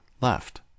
left